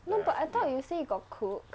no but I thought you say you got cook